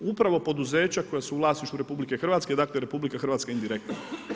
Upravo poduzeća koja su u vlasništvu RH, dakle RH indirektno.